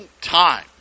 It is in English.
time